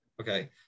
Okay